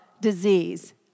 disease